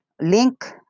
link